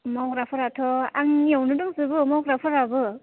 मावग्राफोराथ' आंनियावनो दंजोबो मावग्राफोराबो